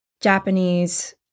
Japanese